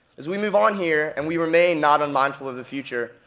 as we move on here, and we remain not unmindful of the future,